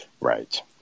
Right